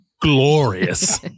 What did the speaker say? glorious